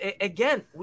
again